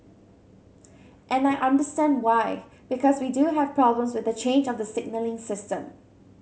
and I understand why because we do have problems with the change of the signalling system